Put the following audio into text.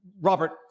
Robert